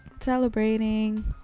celebrating